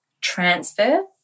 transfer